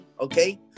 Okay